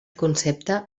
concepte